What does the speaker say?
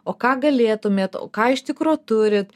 o ką galėtumėt o ką iš tikro turit